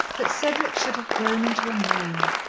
that cedric should have grown into a man!